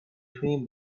تونیم